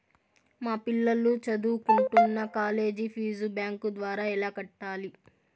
మా పిల్లలు సదువుకుంటున్న కాలేజీ ఫీజు బ్యాంకు ద్వారా ఎలా కట్టాలి?